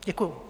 Děkuju.